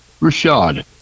Rashad